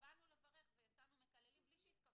באנו לברך ויצאנו מקללים בלי שהתכוונו.